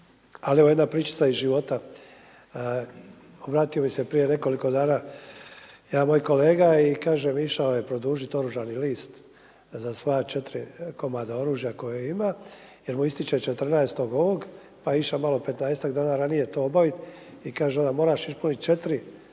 Ali evo jedna pričica iz života. Vratio bi se prije nekoliko dana jedan moj kolega i kaže išao je produžiti oružani list za svoja četiri komada oružja koje ima jer mu ističe 14. ovog, pa je išao malo 15-tak dana to obaviti i kaže on - moraš ispuniti